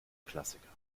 klassiker